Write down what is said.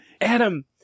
Adam